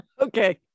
okay